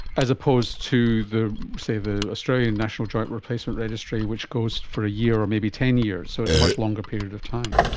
as opposed to, say, the australian national joint replacement registry which goes for a year or maybe ten years, so it's a much longer period of time.